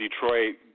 Detroit